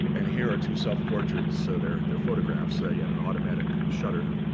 and here are two self-portraits. so they're they're photographs. so he had an automatic shutter